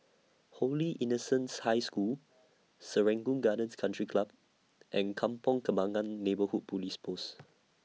Holy Innocents' High School Serangoon Gardens Country Club and Kampong Kembangan Neighbourhood Police Post